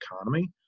economy